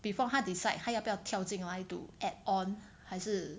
before 他 decide 他要不要跳进来 to add on 还是